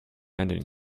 ending